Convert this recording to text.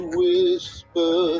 whisper